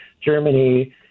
Germany